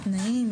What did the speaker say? התנאים,